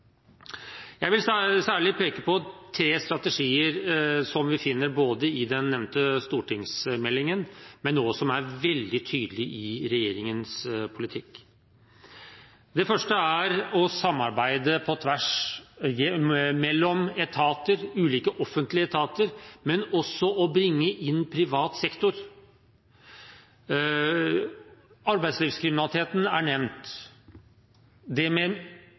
Jeg vil særlig peke på tre strategier som vi finner i den nevnte stortingsmeldingen, og som også er veldig tydelig i regjeringens politikk. Det første er å samarbeide på tvers, mellom ulike offentlige etater, men også å bringe inn privat sektor. Arbeidslivskriminaliteten er nevnt. Det med